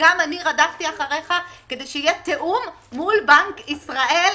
גם אני רדפתי אחריך כדי שיהיה תיאום מול בנק ישראל,